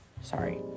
Sorry